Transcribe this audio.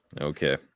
Okay